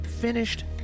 finished